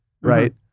right